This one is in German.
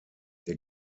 der